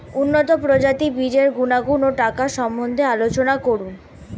উন্নত প্রজাতির বীজের গুণাগুণ ও টাকার সম্বন্ধে আলোচনা করুন